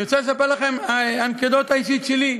אני רוצה לספר לכם אנקדוטה אישית שלי,